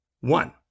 One